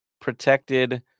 protected